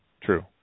true